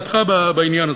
אני בעדך בעניין הזה.